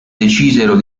decisero